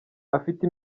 afite